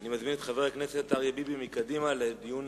אני מזמין את חבר הכנסת אריה ביבי לדיון סיעתי.